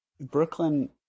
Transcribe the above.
Brooklyn